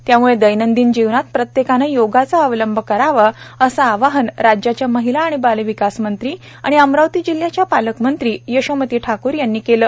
त्याम्ळे दैनंदिन जीवनात प्रत्येकाने योगाचा अवलंब करावा असे आवाहन राज्याच्या महिला व बालविकास मंत्री तथा अमरावती जिल्ह्याच्या पालकमंत्री यशोमती ठाकूर यांनी आज केले